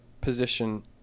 position